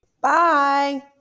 Bye